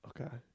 Okay